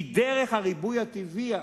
כי דרך הריבוי הטבעי,